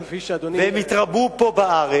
כפי שאדוני יודע, הם יתרבו פה בארץ,